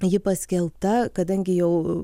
ji paskelbta kadangi jau